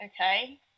okay